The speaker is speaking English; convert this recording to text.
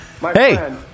Hey